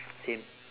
same